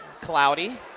cloudy